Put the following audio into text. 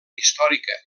històrica